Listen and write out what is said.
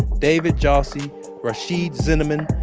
david jassy rhashiyd zinnamon,